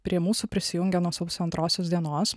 prie mūsų prisijungia nuo sausio antrosios dienos